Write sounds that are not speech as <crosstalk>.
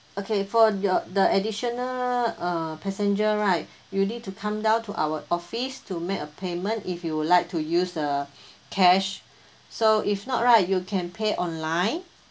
okay for your the additional uh passenger right you need to come down to our office to make a payment if you would like to use the <breath> cash so if not right you can pay online